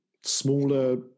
Smaller